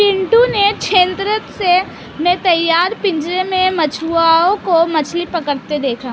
पिंटू ने चेन्नई में तैरते पिंजरे में मछुआरों को मछली पकड़ते देखा